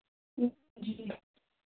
जी